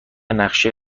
نقشه